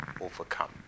overcome